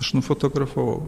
aš nufotografavau